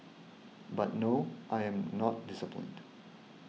but no I'm not disciplined